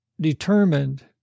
determined